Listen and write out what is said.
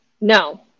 No